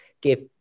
give